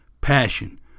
Passion